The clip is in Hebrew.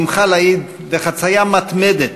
שמחה לאיד וחציה מתמדת